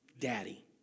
Daddy